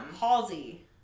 Halsey